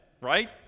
right